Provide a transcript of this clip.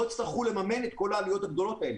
יצטרכו לממן את כל העלויות הגבוהות האלה.